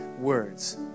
words